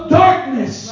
darkness